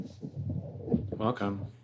welcome